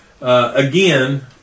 Again